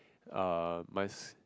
uh my